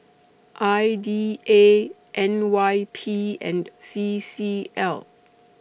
I D A N Y P and C C L